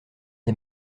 des